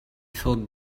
thought